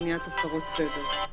למעט חדר המשמש למגורים,